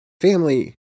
family